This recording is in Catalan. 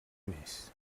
més